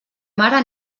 mare